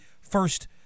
first